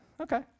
okay